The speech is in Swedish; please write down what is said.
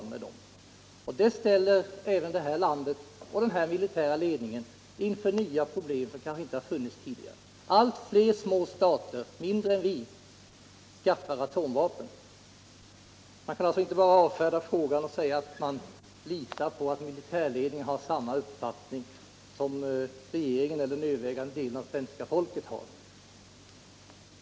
Detta ställer det här landets ledning inför nya problem, som kanske inte funnits tidigare. Allt fler små stater —- mindre än Sverige — skaffar sig nu atomvapen. Man kan alltså inte bara avfärda frågan med att säga att man litar på att militärledningen har samma uppfattning som regeringen eller den övervägande delen av svenska folket har.